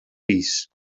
fills